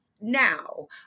now